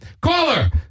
Caller